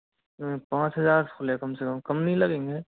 पांच हज़ार खुलेगा कम से कम कम नहीं लगेंगे